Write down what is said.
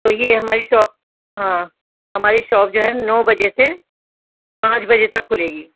تو یہ ہماری شاپ ہاں ہماری شاپ جو ہے نو بجے سے پانچ بجے تک کھلے گی